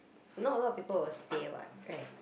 not a lot of people will stay what right